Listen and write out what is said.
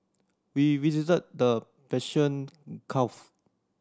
we visited the Persian